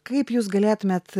kaip jūs galėtumėt